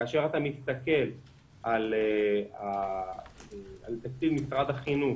כאשר אתה מסתכל על תקציב משרד החינוך